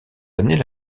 années